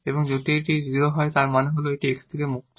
এবং যদি এটি 0 হয় তবে এর মানে হল এটি x থেকে মুক্ত